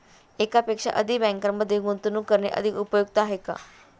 एकापेक्षा अधिक बँकांमध्ये गुंतवणूक करणे अधिक उपयुक्त आहे का?